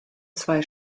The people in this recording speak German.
zwei